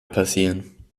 passieren